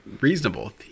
reasonable